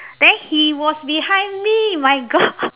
then he was behind me my god